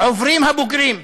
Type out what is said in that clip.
עוברים הבוגרים.